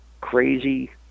crazy